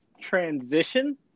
transition